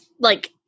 like-